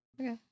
Okay